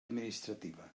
administrativa